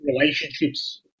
relationships